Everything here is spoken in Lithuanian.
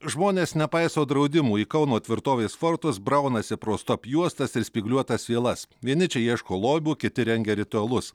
žmonės nepaiso draudimų į kauno tvirtovės fortus braunasi pro stop juostas ir spygliuotas vielas vieni čia ieško lobių kiti rengia ritualus